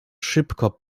szybko